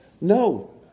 No